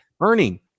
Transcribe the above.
earning